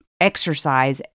exercise